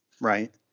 right